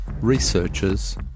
researchers